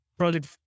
project